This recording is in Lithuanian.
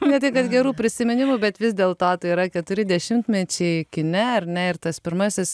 ne tai kad gerų prisiminimų bet vis dėlto tai yra keturi dešimtmečiai kine ar ne ir tas pirmasis